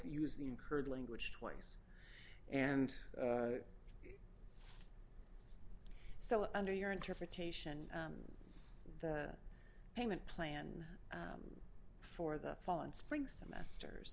use the incurred language twice and so under your interpretation the payment plan for the fall and spring semesters